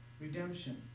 Redemption